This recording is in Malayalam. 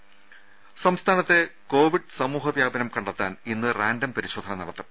രുര സംസ്ഥാനത്തെ കോവിഡ് സമൂഹ വ്യാപനം കണ്ടെത്താൻ ഇന്ന് റാൻഡം പരിശോധന നടത്തും